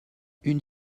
une